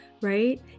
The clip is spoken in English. right